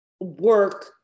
work